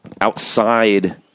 outside